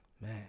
man